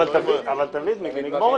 אבל תביא את מיקי, נגמור את זה.